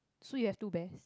so you have two bears